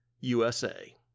USA